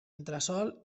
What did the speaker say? entresòl